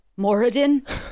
Moradin